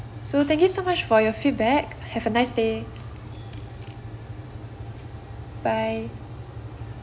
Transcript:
so thank you so much for your feedback have a nice day bye